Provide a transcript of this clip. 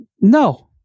No